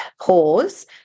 pause